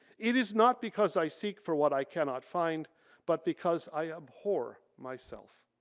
it is not because i seek for what i cannot find but because i abhor myself.